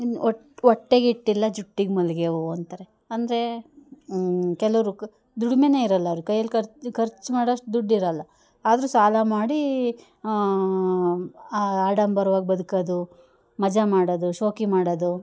ಇನ್ನು ಒಟ ಹೊಟ್ಟೆಗೆ ಹಿಟ್ಟಿಲ್ಲ ಜುಟ್ಟಿಗೆ ಮಲ್ಲಿಗೆ ಹೂ ಅಂತಾರೆ ಅಂದರೆ ಕೆಲವ್ರಿಗೆ ದುಡಿಮೆಯೇ ಇರೋಲ್ಲ ಅವರು ಕೈಯಲ್ಲಿ ಖರ್ಚು ಖರ್ಚು ಮಾಡೋಷ್ಟು ದುಡ್ಡಿರೋಲ್ಲ ಆದರೂ ಸಾಲ ಮಾಡಿ ಆಡಂಬರವಾಗಿ ಬದ್ಕೋದು ಮಜ ಮಾಡೋದು ಶೋಕಿ ಮಾಡೋದು